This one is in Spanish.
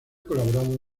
colaborado